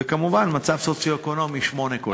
וכמובן, מצב סוציו-אקונומי, 8, כולל.